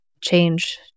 change